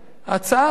ההצעה הזאת